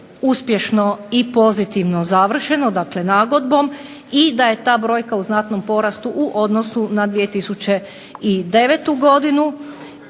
uspješno i pozitivno završeno, dakle nagodbom i da je ta brojka u znatnom porastu u odnosu na 2009. godinu.